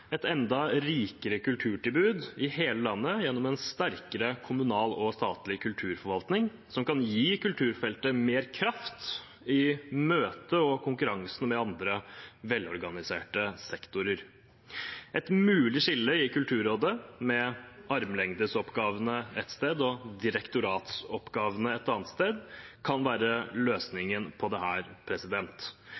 et enda rikere kulturtilbud i hele landet gjennom en sterkere kommunal og statlig kulturforvaltning, som kan gi kulturfeltet mer kraft i møtet med og i konkurranse med andre velorganiserte sektorer. Et mulig skille i Kulturrådet, med armlengdes avstand-oppgavene ett sted og